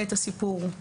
הסיפור,